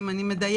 אם אני מדייקת,